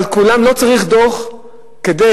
אבל לא צריך דוח כדי